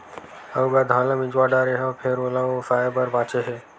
अउ गा धान ल मिजवा डारे हव फेर ओला ओसाय बर बाचे हे